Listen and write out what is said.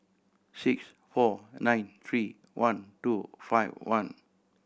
six four nine three one two five one